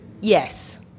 yes